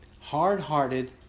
hard-hearted